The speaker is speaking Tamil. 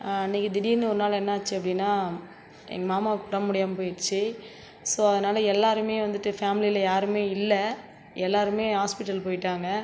அன்னைக்கு திடிர்னு ஒரு நாள் என்ன ஆச்சு அப்படினா எங்கள் மாமாவுக்கு உடம்பு முடியாமல் போயிடுச்சி ஸோ அதனால் எல்லாருமே வந்துட்டு ஃபேமிலியில் யாருமே இல்ல எல்லாருமே ஹாஸ்ப்பிட்டல் போய்ட்டாங்க